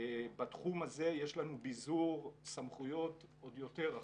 בתחום הזה יש לנו ביזור סמכויות עוד יותר רחב,